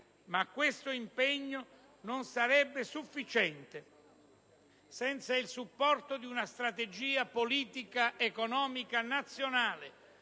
Questo impegno, però, non sarebbe sufficiente senza il supporto di una strategia politica economica nazionale